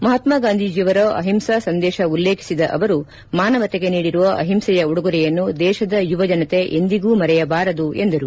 ಮಹಾತ್ತ ಗಾಂಧೀಜಿ ಅವರ ಅಹಿಂಸಾ ಸಂದೇಶ ಉಲ್ಲೇಖಿಸಿದ ಅವರು ಮಾನವತೆಗೆ ನೀಡಿರುವ ಅಹಿಂಸೆಯ ಉಡುಗೊರೆಯನ್ನು ದೇಶದ ಯುವ ಜನತೆ ಎಂದಿಗೂ ಮರೆಯಬಾರದು ಎಂದರು